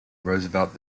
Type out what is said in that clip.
roosevelt